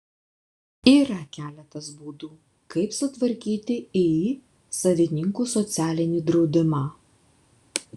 yra keletas būdų kaip sutvarkyti iį savininkų socialinį draudimą